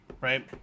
right